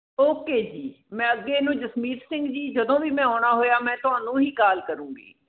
okay ਜੀ ਮੈਂ ਅੱਗੇ ਨੂੰ ਜਸਮੀਤ ਸਿੰਘ ਜੀ ਜਦੋਂ ਵੀ ਮੈਂ ਆਉਣਾ ਹੋਇਆ ਮੈਂ ਤੁਹਾਨੂੰ ਹੀ ਕਾਲ ਕਰੂੰਗੀ